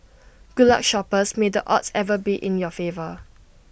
good luck shoppers may the odds ever be in your favour